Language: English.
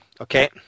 okay